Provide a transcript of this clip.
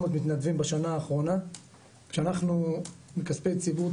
מתנדבים בשנה האחרונה שאנחנו מכספי ציבור,